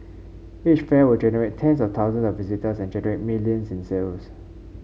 each fair would attract tens of thousands of visitors and generate millions in sales